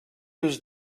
was